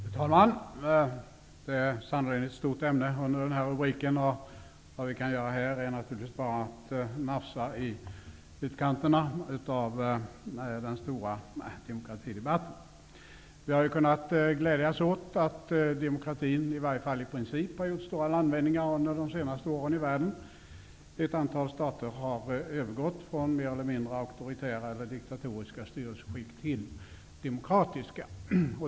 Fru talman! Denna rubrik täcker ett mycket stort ämne. Vad vi kan göra här är naturligtvis bara att nafsa i utkanterna av den stora demokratidebatten. Vi har kunnat glädjas åt att demokratin, åtminstone i princip, har gjort stora landvinningar i världen under de senaste åren. Ett antal stater har övergått från mer eller mindre auktoritära eller diktatoriska styrelseskick till demokratiska.